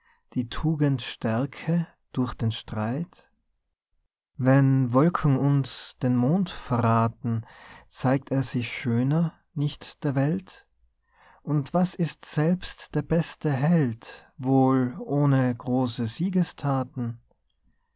die tugend stärke durch den streit wenn wolken uns den mond verrathen zeigt er sich schöner nicht der welt und was ist selbst der beste held wohl ohne große